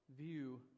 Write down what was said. view